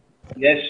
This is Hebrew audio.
העסק?